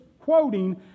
quoting